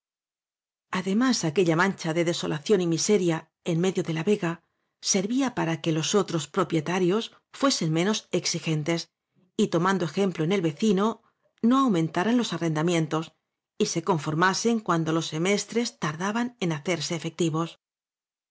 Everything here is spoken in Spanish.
además aquella mancha de desolación y miseria en medio de la vega servía para que los otros propietarios fuesen menos exigentes y tomando ejemplo en el vecino no aumenta ran los arrendamientos y se conformasen cuando los semestres tardaban en hacerse efectivos